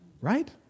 right